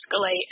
escalate